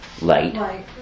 light